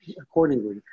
Accordingly